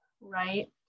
right